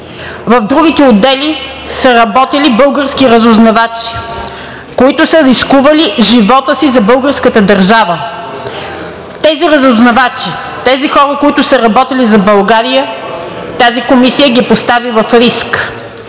В другите отдели са работили български разузнавачи, които са рискували живота си за българската държава. Тези разузнавачи, тези хора, които са работили за България, тази комисия ги поставя в риск.